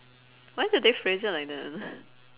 why do they phrase it like that